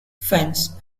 fens